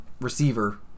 receiver